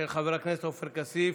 של חבר הכנסת עופר כסיף.